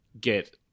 get